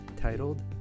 titled